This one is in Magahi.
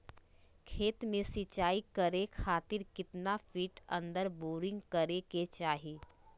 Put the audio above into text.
खेत में सिंचाई करे खातिर कितना फिट अंदर बोरिंग करे के चाही?